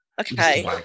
okay